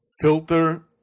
filter